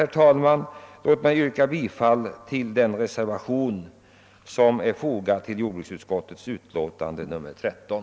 Jag yrkar således, herr talman, bifall till den reservation som är fogad vid jordbruksutskottets utlåtande nr 13.